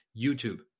YouTube